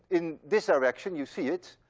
in this direction. you see it.